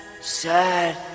sad